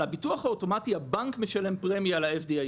על הביטוח האוטומטי הבנק משלם פרמיה ל-FDIC.